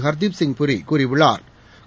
ஹா்தீப் சிங் பூரி கூறியுள்ளாா்